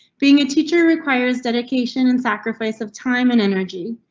being a teacher requires dedication and sacrifice of time and energy.